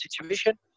situation